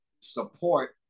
support